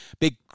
Big